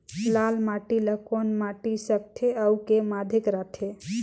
लाल माटी ला कौन माटी सकथे अउ के माधेक राथे?